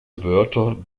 wörter